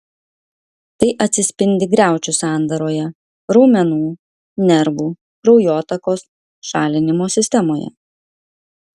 tai atsispindi griaučių sandaroje raumenų nervų kraujotakos šalinimo sistemoje